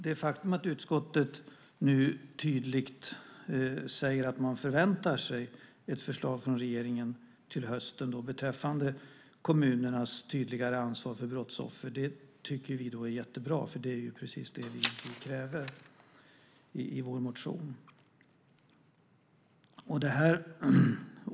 Det faktum att utskottet nu tydligt säger att man förväntar sig ett förslag från regeringen till hösten beträffande kommunernas tydligare ansvar för brottsoffer tycker vi är jättebra. Det är precis det som vi kräver i vår motion.